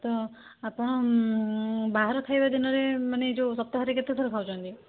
ତ ଆପଣ ବାହାର ଖାଇବା ଦିନରେ ମାନେ ଯେଉଁ ସପ୍ତାହରେ କେତେଥର ଖାଉଛନ୍ତି